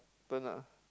turn ah